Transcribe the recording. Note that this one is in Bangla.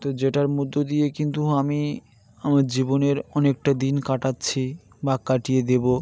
তো যেটার মধ্য দিয়ে কিন্তু আমি আমার জীবনের অনেকটা দিন কাটাচ্ছি বা কাটিয়ে দেবো